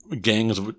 gangs